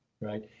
right